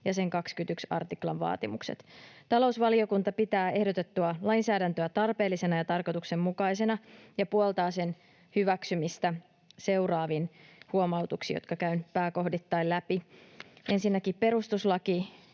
ja sen 21 artiklan vaatimukset. Talousvaliokunta pitää ehdotettua lainsäädäntöä tarpeellisena ja tarkoituksenmukaisena ja puoltaa sen hyväksymistä seuraavin huomautuksin, jotka käyn pääkohdittain läpi: Ensinnäkin perustuslakinäkökulma: